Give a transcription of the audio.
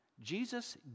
Jesus